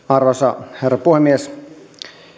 arvoisa herra puhemies